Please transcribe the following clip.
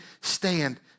stand